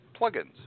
plugins